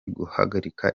guhagarika